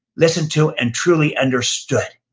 listened to and truly understood.